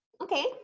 Okay